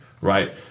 right